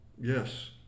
Yes